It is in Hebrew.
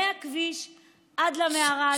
מהכביש עד למערה עצמה.